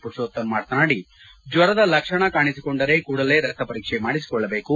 ಮರುಷೋತ್ತಮ್ ಮಾತನಾಡಿ ಜ್ವರದ ಲಕ್ಷಣ ಕಾಣಿಸಿಕೊಂಡರೆ ಕೂಡಲೇ ರಕ್ತ ಪರೀಕ್ಷ ಮಾಡಿಸಿಕೊಳ್ಳಬೇಕು